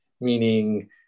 meaning